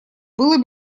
было